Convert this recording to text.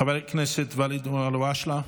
חבר הכנסת ואליד אלהואשלה,